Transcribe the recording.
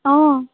অ'